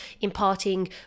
imparting